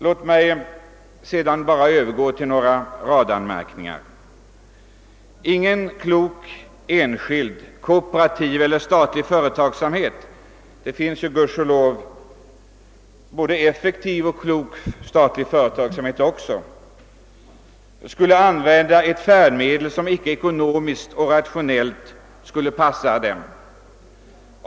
Låt mig sedan övergå till några randanmärkningar! Ingen klok enskild, kooperativ eller statlig företagsamhet — det finns ju gudskelov både effektiv och klok statlig företagsamhet också — skulle använda ett färdmedel som icke skulle passa dem ekonomiskt och rationellt.